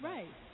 Right